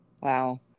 Wow